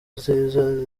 nziza